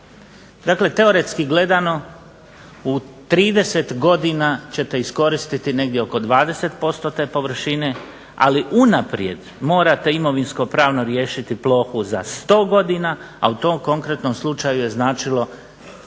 Dakle, teoretski gledano u 30 godina ćete iskoristiti negdje oko 20% te površine, ali unaprijed morate imovinsko-pravno riješiti plohu za 100 godina, a u tom konkretnom slučaju je značilo